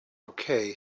okay